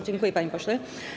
Dziękuję, panie pośle.